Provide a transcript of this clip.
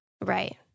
Right